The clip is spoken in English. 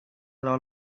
lot